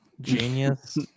Genius